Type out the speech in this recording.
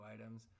items